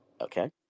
Okay